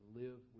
live